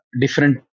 different